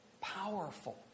powerful